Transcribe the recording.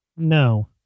No